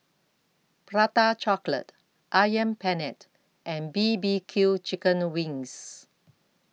Prata Chocolate Ayam Penyet and B B Q Chicken Wings